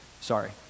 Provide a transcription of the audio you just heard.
sorry